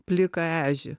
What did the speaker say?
pliką ežį